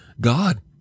God